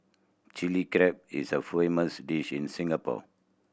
Chilli Crab is a famous dish in Singapore